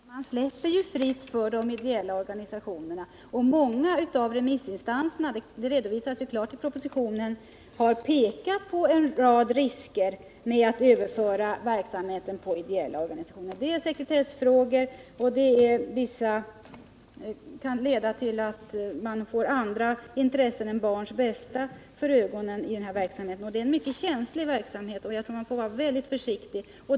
Herr talman! Man släpper ju fältet fritt för de ideella organisationerna, och många av remissinstanserna — det redovisas klart i propositionen — har pekat på en rad risker med att öppna verksamheten för ideella organisationer, t.ex. när det gäller sekretessfrågor. Det kan också leda till att man får andra intressen än barns bästa för ögonen. Det här är en mycket känslig verksamhet, och jag tror att man måste vara väldigt försiktig.